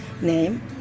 name